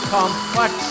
complex